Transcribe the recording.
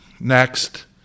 Next